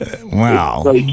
Wow